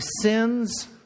sins